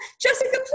Jessica